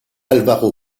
álvaro